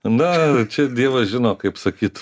na čia dievas žino kaip sakyt